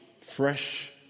fresh